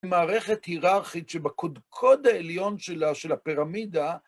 מערכת היררכית שבקודקוד העליון שלה, של הפירמידה..